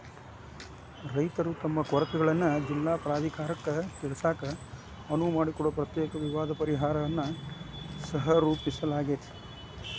ರೈತರು ತಮ್ಮ ಕೊರತೆಗಳನ್ನ ಜಿಲ್ಲಾ ಪ್ರಾಧಿಕಾರಕ್ಕ ತಿಳಿಸಾಕ ಅನುವು ಮಾಡಿಕೊಡೊ ಪ್ರತ್ಯೇಕ ವಿವಾದ ಪರಿಹಾರನ್ನ ಸಹರೂಪಿಸಲಾಗ್ಯಾತಿ